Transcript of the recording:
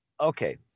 Okay